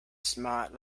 smart